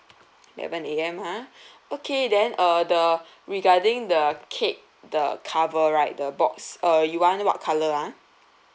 eleven A_M ha okay then uh the regarding the cake the cover right the box uh you want what colour ah